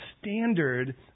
standard